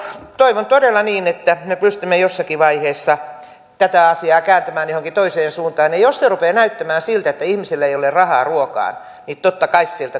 toivon todella että me pystymme jossakin vaiheessa tätä asiaa kääntämään johonkin toiseen suuntaan ja jos rupeaa näyttämään siltä että ihmisillä ei ole rahaa ruokaan niin totta kai